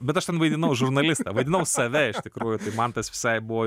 bet aš ten vaidinau žurnalistą vadinau save iš tikrųjų tai man tas visai buvo